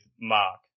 Mark